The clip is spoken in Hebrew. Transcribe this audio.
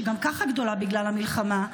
שגם ככה גדולה בגלל המלחמה,